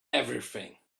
everything